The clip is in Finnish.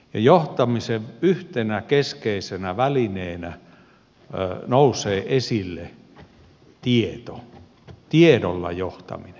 johtamisen yhtenä keskeisenä välineenä nousee esille tieto tiedolla johtaminen